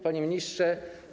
Panie Ministrze!